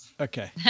Okay